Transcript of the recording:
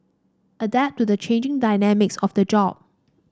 adapt to the changing dynamics of the job